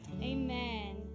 amen